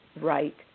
right